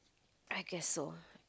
I guess so